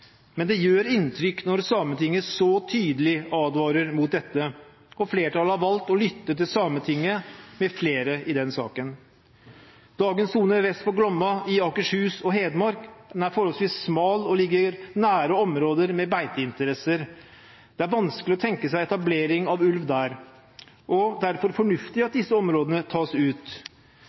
men det gjør inntrykk når Sametinget så tydelig advarer mot dette, og flertallet har valgt å lytte til Sametinget med flere i denne saken. Dagens sone vest for Glomma i Akershus og Hedmark er forholdsvis smal og ligger nær områder med beiteinteresser. Det er vanskelig å tenke seg etablering av ulv der, og det er derfor fornuftig at disse områdene tas ut.